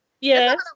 Yes